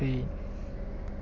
Spain